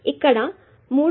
కాబట్టి ఇక్కడ 3